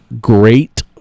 great